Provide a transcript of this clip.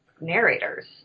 narrators